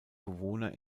bewohner